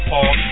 Paul